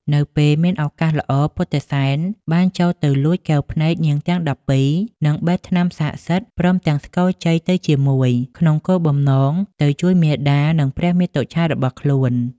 នៅពេលមានឱកាសល្អ ពុទ្ធិសែនបានចូលទៅលួចកែវភ្នែកនាងទាំង១២ និងបេះថ្នាំស័ក្តិសិទ្ធិព្រមទាំងស្គរជ័យទៅជាមួយ ក្នុងគោលបំណងទៅជួយមាតា និងព្រះមាតុច្ឆារបស់ខ្លួន។